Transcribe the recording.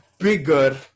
bigger